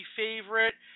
favorite